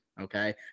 okay